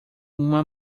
uma